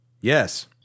Yes